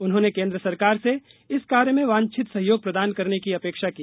उन्होंने केन्द्र सरकार से इस कार्य में वांछित सहयोग प्रदान करने की अपेक्षा की